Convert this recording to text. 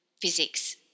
physics